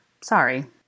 Sorry